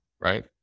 right